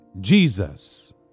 Jesus